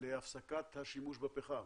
להפסקת השימוש בפחם.